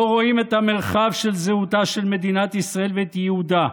לא רואים את המרחב של זהותה של מדינת ישראל ואת ייעודה.